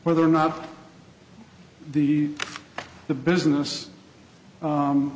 whether or not the the business